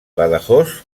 badajoz